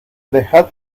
dejad